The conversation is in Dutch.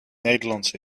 nederlands